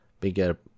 bigger